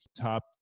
top